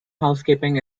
housekeeping